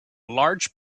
large